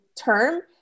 term